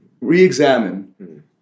re-examine